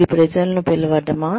ఇది ప్రజలను పిలువటమా